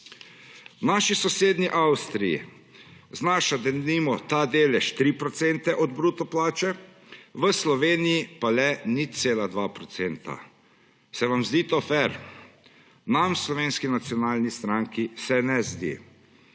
V naši sosednji Avstriji znaša denimo ta delež 3 % ob bruto plače, v Sloveniji pa le 0,2 %. Se vam zdi to fer? Nam v Slovenski nacionalni stranki se ne zdi.